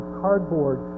cardboard